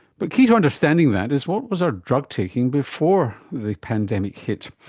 but key to understanding that is what was our drugtaking before the pandemic hit?